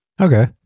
Okay